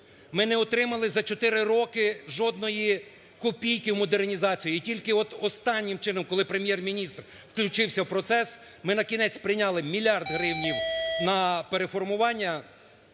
ми не отримали за 4 роки жодної копійки у модернізацію, і тільки от останнім часом, коли Прем'єр-міністр включився в процес, минакінець прийняли мільярди гривень на переформування